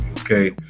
okay